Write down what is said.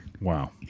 Wow